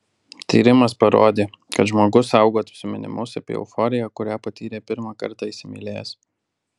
tyrimas parodė kad žmogus saugo atsiminimus apie euforiją kurią patyrė pirmą kartą įsimylėjęs